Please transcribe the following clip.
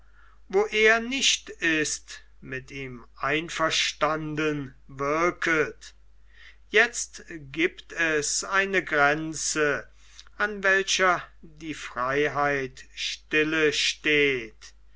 wo er nicht ist mit ihm einverstanden wirket jetzt gibt es eine grenze an welcher die freiheit stille steht